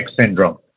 syndrome